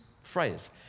phrase